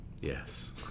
Yes